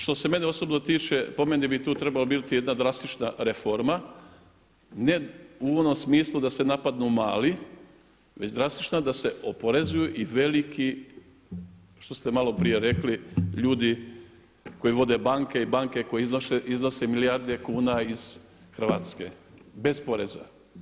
Što se mene osobno tiče po meni bi tu trebala biti jedna drastična reforma ne u onom smislu da se napadnu mali, već drastična da se oporezuju i veliki što ste malo prije rekli ljudi koji vode banke i banke koje iznose milijarde kuna iz Hrvatske bez poreza.